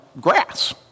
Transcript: grass